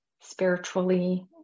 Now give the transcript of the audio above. spiritually